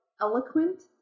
eloquent